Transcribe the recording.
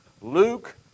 Luke